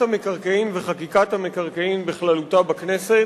המקרקעין וחקיקת המקרקעין בכללותה בכנסת.